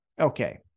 okay